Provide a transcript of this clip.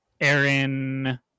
Aaron